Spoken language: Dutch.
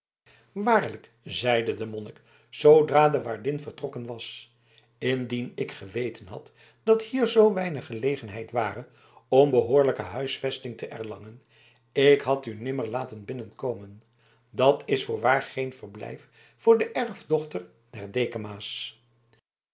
waarlijk zeide de monnik zoodra de waardin vertrokken was indien ik geweten had dat hier zoo weinig gelegenheid ware om behoorlijke huisvesting te erlangen ik had u nimmer laten binnenkomen dat is voorwaar geen verblijf voor de erfdochter der dekama's